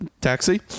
taxi